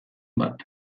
bat